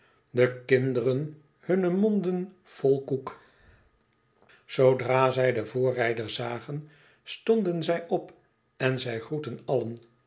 de kinderen hunne monden vol koek zoodra zij den voorrijder zagen stonden zij op en zij groetten allen